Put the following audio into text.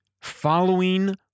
Following